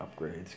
upgrades